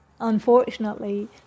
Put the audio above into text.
unfortunately